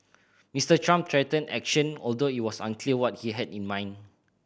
Mister Trump threatened action although it was unclear what he had in mind